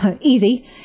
easy